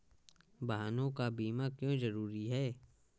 वाहनों का बीमा क्यो जरूरी है?